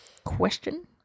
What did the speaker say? question